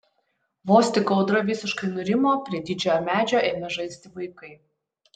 vos tik audra visiškai nurimo prie didžiojo medžio ėmė žaisti vaikai